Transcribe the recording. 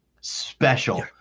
special